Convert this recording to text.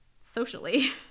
socially